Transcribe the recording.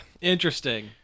Interesting